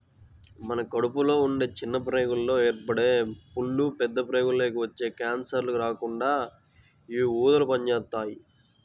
మన కడుపులో ఉండే చిన్న ప్రేగుల్లో ఏర్పడే పుళ్ళు, పెద్ద ప్రేగులకి వచ్చే కాన్సర్లు రాకుండా యీ ఊదలు పనిజేత్తాయి